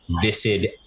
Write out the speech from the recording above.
viscid